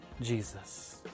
Jesus